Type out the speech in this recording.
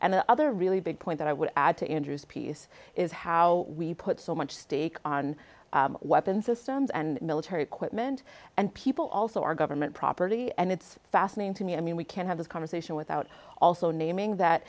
and the other really big point that i would add to andrew's piece is how we put so much stake on weapons systems and military equipment and people also are government property and it's fascinating to me i mean we can't have this conversation without also naming that